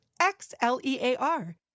X-L-E-A-R